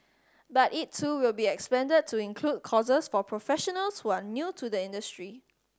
but it too will be expanded to include courses for professionals who are new to the industry